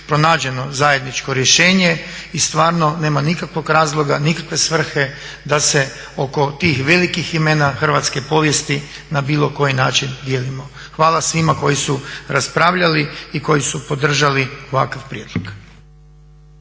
pronađeno zajedničko rješenje i stvarno nema nikakvog razloga, nikakve svrhe da se oko tih velikih imena hrvatske povijesti na bilo koji način dijelimo. Hvala svima koji su raspravljali i koji su podržali ovakav prijedlog.